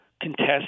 contest